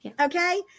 okay